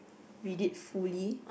read it fully